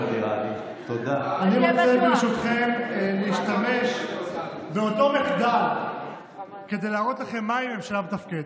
אני רוצה ברשותכם להשתמש באותו מחדל כדי להראות לכם מהי ממשלה מתפקדת.